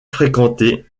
fréquenté